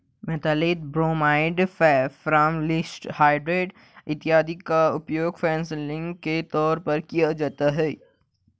methyl bromide, formaldehyde इत्यादि का उपयोग फंगिसाइड के तौर पर किया जाता है